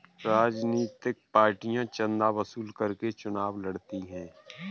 राजनीतिक पार्टियां चंदा वसूल करके चुनाव लड़ती हैं